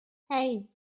hey